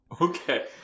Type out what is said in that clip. Okay